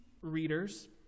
readers